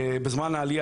בזמן העלייה,